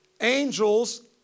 Angels